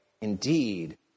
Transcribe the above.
indeed